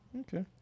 Okay